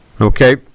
Okay